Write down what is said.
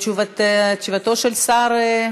תשובתו של השר.